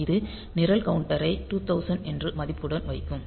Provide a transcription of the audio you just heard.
இது நிரல் கவுண்டரை 2000 என்ற மதிப்புடன் வைக்கும்